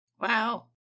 Wow